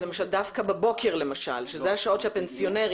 דווקא בבוקר למשל שאלה השעות שהפנסיונרים